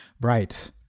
Right